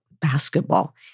basketball